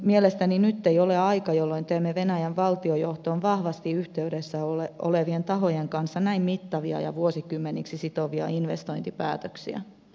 mielestäni nyt ei ole aika jolloin teemme venäjän valtionjohtoon vahvasti yhteydessä olevien tahojen kanssa näin mittavia ja vuosikymmeniksi sitovia investointipäätöksiä